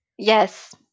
Yes